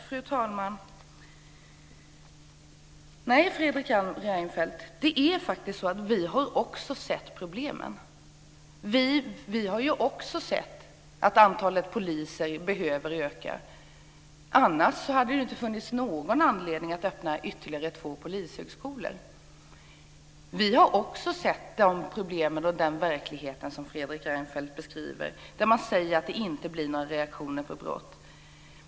Fru talman! Fredrik Reinfeldt! Vi har faktiskt också sett problemen. Vi har ju också sett att antalet poliser behöver öka. Annars hade det inte funnits någon anledning att öppna ytterligare två polishögskolor. Vi har också sett de problem och den verklighet som Fredrik Reinfeldt beskriver. Man säger att det inte blir några reaktioner på brott.